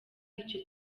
icyo